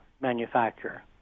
manufacturer